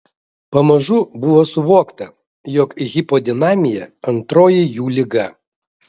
pamažu buvo suvokta jog hipodinamija antroji jų liga